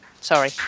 Sorry